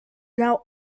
now